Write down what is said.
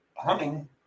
Hunting